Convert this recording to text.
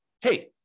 hey